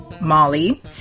molly